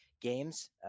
games